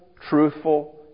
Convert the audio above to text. truthful